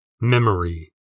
Memory